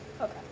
Okay